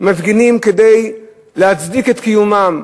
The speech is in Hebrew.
מפגינים כדי להצדיק את קיומם,